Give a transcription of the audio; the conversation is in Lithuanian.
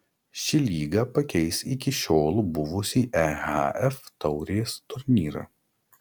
ši lyga pakeis iki šiol buvusį ehf taurės turnyrą